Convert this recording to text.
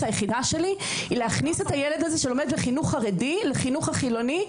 היחידה שלי היא להכניס את הילד הזה שלומד בחינוך חרדי לחינוך החילוני,